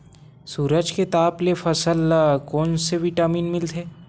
सूरज के ताप ले फसल ल कोन ले विटामिन मिल थे?